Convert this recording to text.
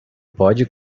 pode